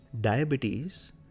diabetes